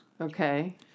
Okay